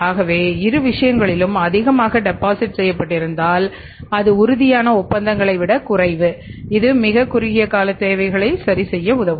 ஆகவே இரு விஷயங்களிலும் அதிகமாக டெபாசிட் செய்யப்பட்டிருந்தால் அது உறுதியான ஒப்பந்தங்களை விடக் குறைவு இது மிகக் குறுகிய கால தேவைகளை சரி செய்ய உதவும்